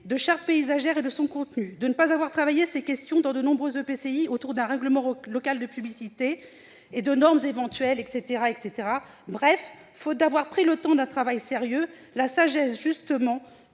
de chartes paysagères et de leur contenu, faute d'avoir travaillé ces questions dans de nombreux EPCI autour d'un règlement local de publicité et de normes éventuelles, bref, faute d'avoir pris le temps d'un travail sérieux, la sagesse serait